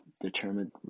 determined